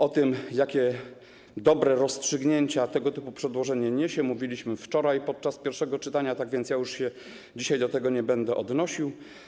O tym, jakie dobre rozstrzygnięcia tego typu przedłożenie niesie, mówiliśmy wczoraj podczas pierwszego czytania, więc już dzisiaj do tego nie będę się odnosił.